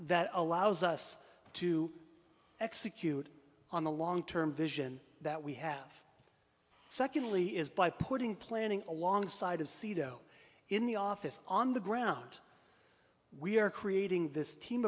that allows us to execute on the long term vision that we have secondly is by putting planning alongside of seato in the office on the ground we are creating this team